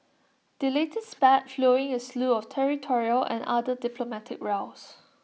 the latest spat flowing A slew of territorial and other diplomatic rows